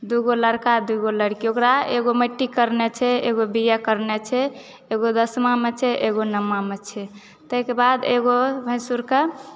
दूगो लड़का दूगो लड़की ओकरा एगो मेट्रिक करने छै एगो बी ए करने छै एगो दशमामे छै एगो नवमामे छै ताहिकेबाद एगो भैंसुरके